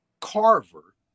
Carver